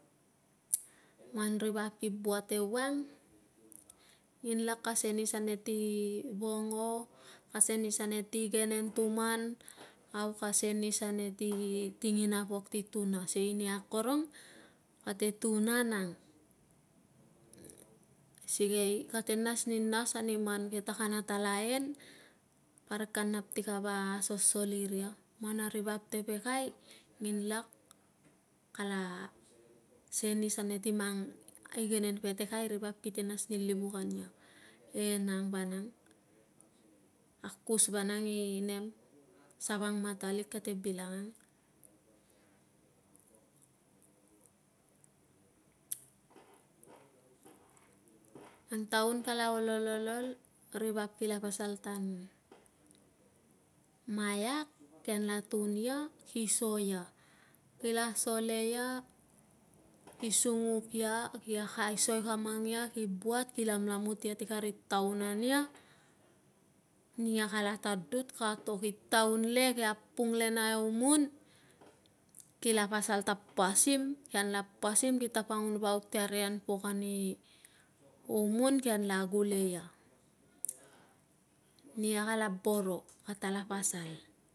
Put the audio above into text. Man ri vap ki buat ewang, nginlak ka senis ane ti vongo, ka senis ane ti igenen tuman, au ka senis ane ti, tingina pok, ti tuna sikei nia akorong kate tuna nang sikei kate nas ni nas ani man ke, takana ta lain, parik ka nap si kavasasakol iria, man ri vap tepekai nginlak kala senis ane ti mang igenen petekai, ri vap kite nas ni livuk ania. E nang vanang. Akus vanang i nem, savangmatalik kate bilangang. ang taun kala ol, ol, ol, ri vap kila pasal tan maiak, kianla tun ia, ki so ia. Kila so le ia, ki sunguk ia, ki aisoi kama nia, ki buat, ki lamlamut ia si kari taun ania, nia kala tadut, ka to. Ki taun le, ki apung le na imun, kila pasal ta pasim. Kianla pasim, ki tapangun vauk ti kari an pok ani imun, kianla gule ia, nia kala boro, kata la pasal.